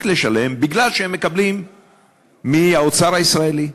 לשלם בגלל שהם מקבלים מהאוצר הישראלי.